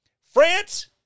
France